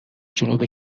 جنوب